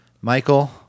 Michael